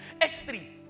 S3